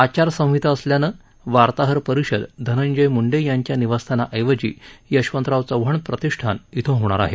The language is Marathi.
आचारसंहिता असल्यानं वार्ताहर परिषद धनंजय म्ंडे याच्या निवासस्थानाऐवजी यशवंतराव चव्हाण प्रतिष्ठान इथं होणार आहे